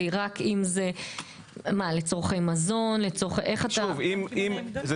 בחוק המקורי הרי נעשתה הבחנה בין קמעונאים גדולים לבין עסקים אחרים.